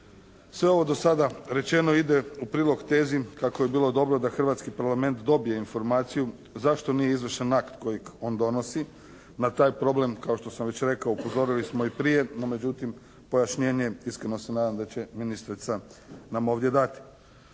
Sve ovo do sada rečeno ide u prilog tezi kako bi bilo dobro da hrvatski Parlament dobije informaciju zašto nije izvršen akt kojeg on donosi, na taj problem kao što sam već rekao upozorili smo i prije, no međutim pojašnjenje iskreno se nadam da će ministrica nam ovdje dati.